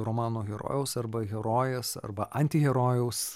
romano herojaus arba herojės arba antiherojaus